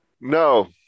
No